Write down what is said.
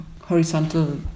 horizontal